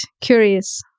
curious